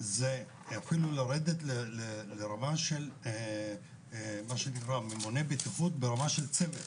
זה לרדת לרמה של ממונה בטיחות בצוות.